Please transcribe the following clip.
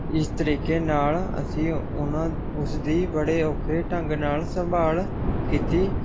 ਇਸ ਤਰੀਕੇ ਨਾਲ ਅਸੀਂ ਉਹਨਾਂ ਉਸਦੀ ਬੜੇ ਔਖੇ ਢੰਗ ਨਾਲ ਸੰਭਾਲ ਕੀਤੀ